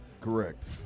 Correct